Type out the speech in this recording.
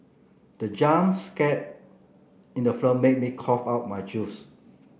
the jump scare in the film made me cough out my juice